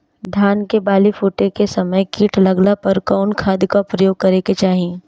धान के बाली फूटे के समय कीट लागला पर कउन खाद क प्रयोग करे के चाही?